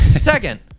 Second